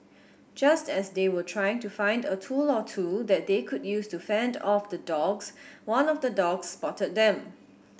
just as they were trying to find a tool or two that they could use to fend off the dogs one of the dogs spotted them